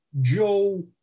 Joe